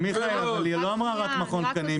מיכאל אבל היא לא אמרה רק מכון תקנים.